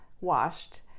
washed